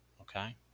Okay